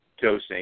dosing